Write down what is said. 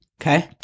Okay